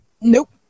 Nope